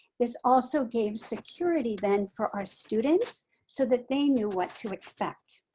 this also gave security then for our students so that they knew what to expect.